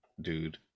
dude